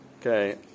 Okay